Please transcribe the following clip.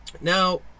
now